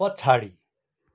पछाडि